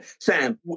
Sam